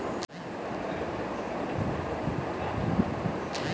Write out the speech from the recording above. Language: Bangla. ম্যান্যুর হলো চাষের জন্য ব্যবহৃত একরকমের জৈব সার